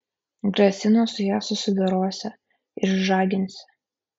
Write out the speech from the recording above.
grasino su ja susidorosią išžaginsią